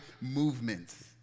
movements